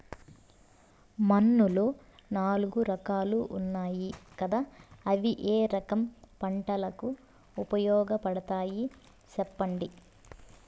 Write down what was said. మన్నులో నాలుగు రకాలు ఉన్నాయి కదా అవి ఏ రకం పంటలకు ఉపయోగపడతాయి చెప్పండి?